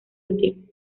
útil